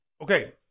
Okay